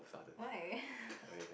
why